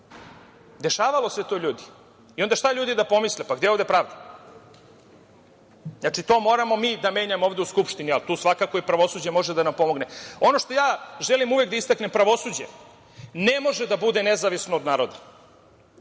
Dešavalo se to ljudi i onda šta ljudi da pomisle – gde je ovde pravda? Znači, to moramo mi da menjamo ovde u Skupštini i tu pravosuđe može da nam pomogne. Ono što želim uvek da istaknem, pravosuđe ne može da bude nezavisno od naroda.